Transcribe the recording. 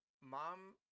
mom